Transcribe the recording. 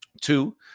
two